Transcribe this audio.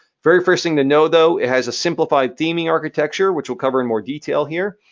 very first thing to know, though, it has a simplified theming architecture, which we'll cover in more detail here,